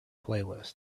playlist